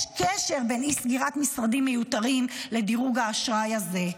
יש קשר בין אי-סגירת משרדים מיותרים לדירוג האשראי הזה,